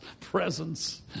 presence